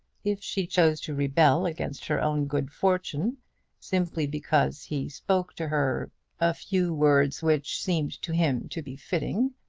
if she chose to rebel against her own good fortune simply because he spoke to her a few words which seemed to him to be fitting,